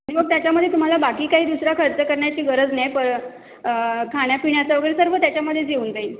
मग त्याच्यामध्ये तुम्हाला बाकी काही दुसरा खर्च करण्याची गरज नाही प खाण्यापिण्याचं वगैरे सर्व त्याच्यामध्येच येऊन जाईल